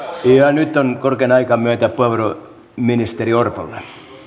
nyt on korkein aika myöntää puheenvuoro ministeri orpolle